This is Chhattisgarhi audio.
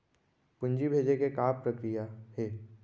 पूंजी भेजे के का प्रक्रिया हे?